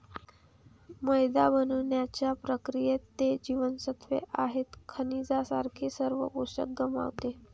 मैदा बनवण्याच्या प्रक्रियेत, ते जीवनसत्त्वे आणि खनिजांसारखे सर्व पोषक गमावते